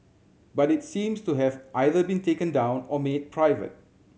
but it seems to have either been taken down or made private